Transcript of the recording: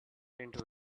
into